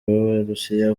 b’abarusiya